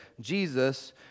Jesus